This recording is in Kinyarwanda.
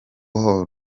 war